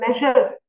measures